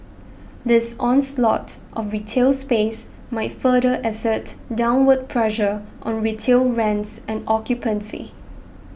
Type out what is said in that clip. this onslaught of retail space might further exert downward pressure on retail rents and occupancy